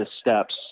steps